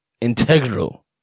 integral